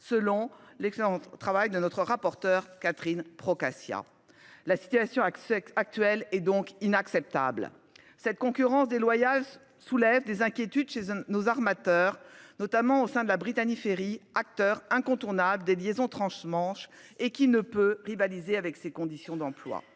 selon l'excellent travail de notre rapporteur, Catherine Procaccia. La situation actuelle est inacceptable. Cette concurrence déloyale suscite des inquiétudes chez nos armateurs, notamment au sein de la Brittany Ferries, actrice incontournable des liaisons transmanche, qui ne peut rivaliser avec ces conditions d'emplois.